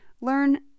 learn